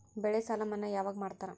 ಬೆಳೆ ಸಾಲ ಮನ್ನಾ ಯಾವಾಗ್ ಮಾಡ್ತಾರಾ?